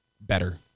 better